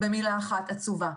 במילה אחת, עצובה.